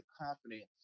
confidence